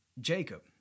Jacob